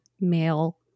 male